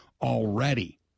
already